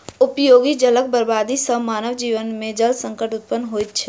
उपयोगी जलक बर्बादी सॅ मानव जीवन मे जल संकट उत्पन्न होइत छै